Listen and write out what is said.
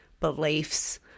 beliefs